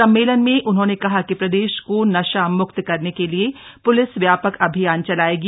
सम्मेलन में उन्होंने कहा कि प्रदेश को नशा मुक्त करने के लिए पुलिस व्यापक अभियान चलायेगी